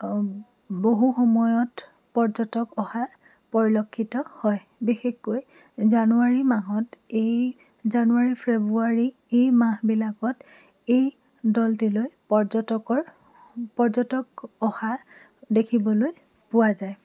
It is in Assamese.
বহু সময়ত পৰ্যটক অহা পৰিলক্ষিত হয় বিশেষকৈ জানুৱাৰী মাহত এই জানুৱাৰী ফেব্ৰুৱাৰী এই মাহবিলাকত এই দৌলটিলৈ পৰ্যটকৰ পৰ্যটক অহা দেখিবলৈ পোৱা যায়